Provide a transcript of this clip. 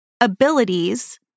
abilities